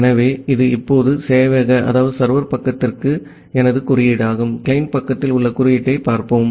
ஆகவே இது இப்போது சேவையக பக்கத்திற்கான எனது குறியீடாகும் கிளையன்ட் பக்கத்தில் உள்ள குறியீட்டைப் பார்ப்போம்